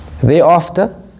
Thereafter